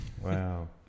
Wow